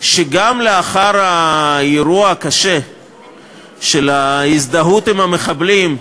שגם לאחר האירוע הקשה של ההזדהות עם המחבלים,